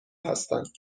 هستند